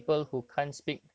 mm